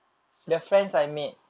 sus